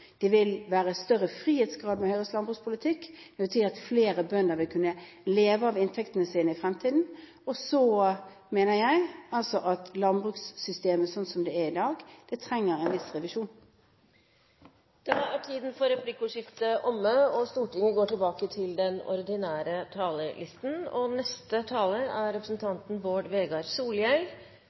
Det vil være større grad av frihet med Høyres landbrukspolitikk. Det vil bety at flere bønder vil kunne leve av inntektene sine i fremtiden. Så mener jeg at landbrukssystemet sånn som det er i dag, trenger en viss revisjon. Replikkordskiftet er omme. Eg siterer: ««Nastrovje! Skål for den sigersrike sosialismens land. Skål for Noreg!» ropar han ut. Med varierande entusiasme løftar vi medlemmene av den norske utanrikskomiteen glasa våre og